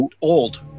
old